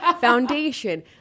foundation